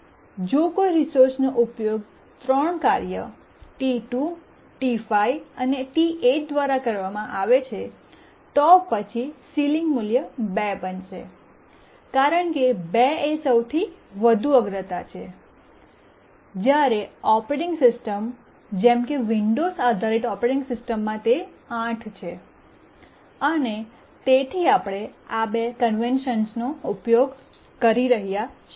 જો કોઈ રિસોર્સનો ઉપયોગ 3 કાર્યો T2 T5 અને T8 દ્વારા કરવામાં આવે છે તો પછી સીલીંગ મૂલ્ય 2 બનશે કારણ કે 2 એ સૌથી વધુ અગ્રતા છે જ્યારે ઓપરેટિંગ સિસ્ટમમાં જેમ કે વિંડોઝ આધારિત ઓપરેટિંગ સિસ્ટમ્સમાં તે 8 છે અને તેથી આપણે આ બે કન્વેનશન્સ નો ઉપયોગ કરી રહ્યા છીએ